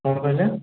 କ'ଣ କହିଲେ